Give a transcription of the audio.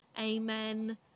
Amen